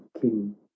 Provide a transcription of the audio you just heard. king